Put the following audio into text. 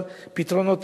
אבל פתרונות